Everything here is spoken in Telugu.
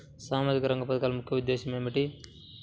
సామాజిక రంగ పథకాల ముఖ్య ఉద్దేశం ఏమిటీ?